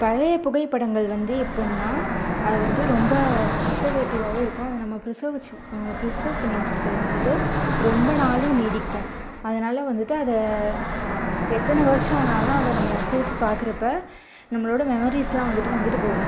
பழைய புகைப்படங்கள் வந்து எப்புடினா அது வந்து ரொம்ப பிரசர்வேட்டிவாகவும்ருக்கும் அதை நம்ப பிரஸவ் வச்சு பிரஸவ் பண்ணி வச்சுருக்குறது வந்துட்டு ரொம்ப நாளும் நீடிக்கும் அதனால் வந்துட்டு அதை எத்தனை வருடம் ஆனாலும் அதை நம்ப திருப்பி பார்க்குறப்ப நம்பளோட மெமரீஸ்லான் வந்துட்டு வந்துட்டு போகும்